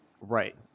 Right